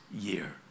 year